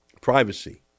privacy